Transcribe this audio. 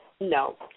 No